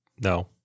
No